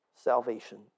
salvation